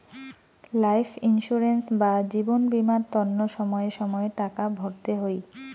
life insurance বা জীবন বীমার তন্ন সময়ে সময়ে টাকা ভরতে হই